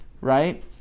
right